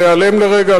להיעלם לרגע,